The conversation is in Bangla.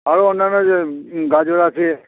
আরও অন্যান্য যে গাজর আছে